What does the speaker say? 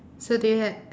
so do you have